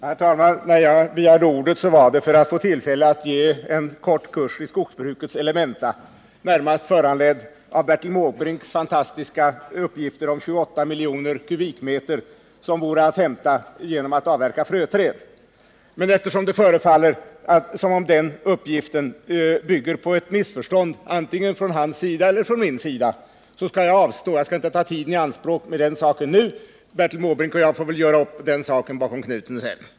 Herr talman! Jag begärde ordet för att få tillfälle att ge en kort kurs i skogsbrukets elementa, närmast föranledd av Bertil Måbrinks fantastiska uppgifter om 28 miljoner m? som är att hämta genom att avverka fröträd. Men eftersom det förefaller som om den uppgiften bygger på ett missförstånd antingen från hans eller min sida, skall jag avstå från det. Jag skall inte nu ta tiden i anspråk. Bertil Måbrink och jag får väl sedan göra upp den saken bakom knuten.